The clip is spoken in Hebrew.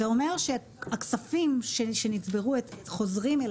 זה אומר שהכספים שנצברו חוזרים אל